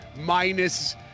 minus